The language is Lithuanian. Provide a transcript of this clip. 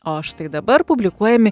o štai dabar publikuojami